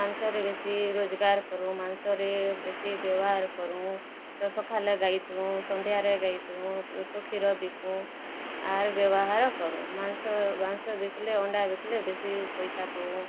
ମାଂସରେ ବେଶି ରୋଜଗାର କରୁଁ ମାଂସରେ ବେଶି ବ୍ୟବହାର କରୁଁ ତ ସକାଲେ ଗାଈ ଦୁଉଁ ସନ୍ଧ୍ୟାରେ ଗାଇ ଦୁଉଁ ତ କ୍ଷୀର ବିକୁଁ ଆର ବ୍ୟବହାର କରୁ ମାଂସ ମାଂସ ବିକିଲେ ଅଣ୍ଡା ବିକିଲେ ବେଶି ପଇସା ପାଉଁ